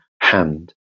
hand